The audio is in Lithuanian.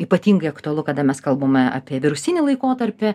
ypatingai aktualu kada mes kalbame apie virusinį laikotarpį